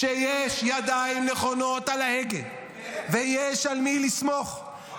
אזרחי ישראל רואים היטב את העשייה של הממשלה הזו,